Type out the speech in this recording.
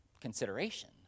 consideration